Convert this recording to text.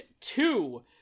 two